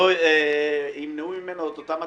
אני לא מצליח להבין מדוע לא למנוע ממנו את אותן הטבות.